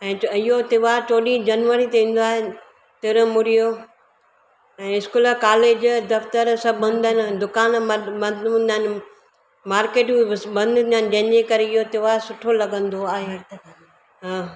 ऐं च अ इहो त्योहारु चौॾहीं जनवरी ते ईंदो आहे तिरुमुरी जो ऐं स्कूल कालेज दफ़्तरु सभु बंदि आहिनि दुकानु बंदि बंदि हूंदा आहिनि मार्केटियूं बसि बंदि हूंदा आहिनि जंहिंजे करे इहो त्योहारु सुठो लॻंदो आहे अ